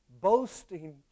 boasting